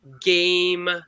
game